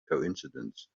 coincidence